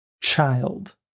child